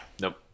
nope